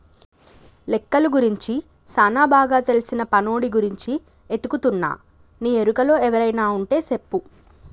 లెక్కలు గురించి సానా బాగా తెల్సిన పనోడి గురించి ఎతుకుతున్నా నీ ఎరుకలో ఎవరైనా వుంటే సెప్పు